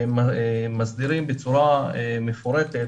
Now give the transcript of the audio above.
והם מסדירים בצורה מפורטת